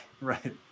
right